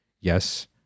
Yes